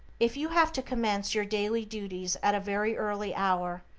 if you have to commence your daily duties at a very early hour,